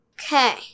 Okay